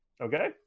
Okay